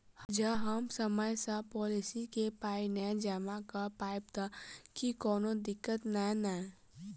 जँ हम समय सअ पोलिसी केँ पाई नै जमा कऽ पायब तऽ की कोनो दिक्कत नै नै?